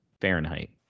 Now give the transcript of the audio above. Fahrenheit